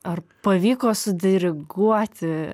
ar pavyko sudiriguoti